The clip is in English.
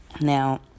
Now